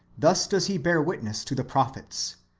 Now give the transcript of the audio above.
thus does he bear wdtness to the prophets,